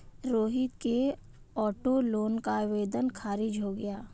रोहित के auto loan का आवेदन खारिज हो गया